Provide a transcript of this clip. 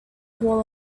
hall